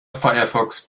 firefox